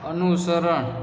અનુસરણ